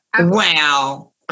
Wow